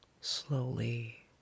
slowly